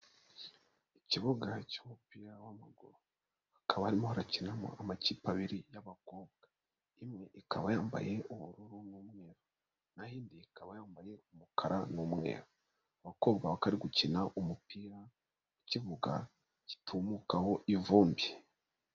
Ikibuga cy'umupira w'amaguru, hakaba arimo hakinamo amakipe abiri y'abakobwa. Imwe ikaba yambaye ubururu n'umweru, naho indi ikaba yambaye umukara n'umweru. Abakobwa bari gukina umupira mu kibuga gitumukaho ivumbi.